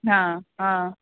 हा हा